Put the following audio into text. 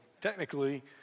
technically